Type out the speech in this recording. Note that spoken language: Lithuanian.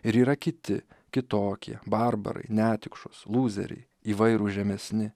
ir yra kiti kitokie barbarai netikšos lūzeriai įvairūs žemesni